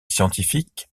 scientifique